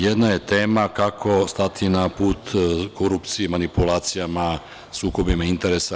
Jedna je tema kako stati na put korupciji, manipulacijama, sukobima interesa.